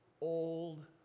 old